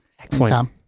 excellent